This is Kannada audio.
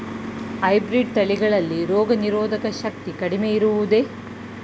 ಹೈಬ್ರೀಡ್ ತಳಿಗಳಲ್ಲಿ ರೋಗನಿರೋಧಕ ಶಕ್ತಿ ಕಡಿಮೆ ಇರುವುದೇ?